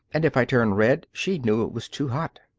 and if i turned red she knew it was too hot.